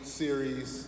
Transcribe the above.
series